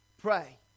pray